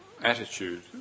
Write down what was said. attitude